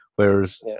Whereas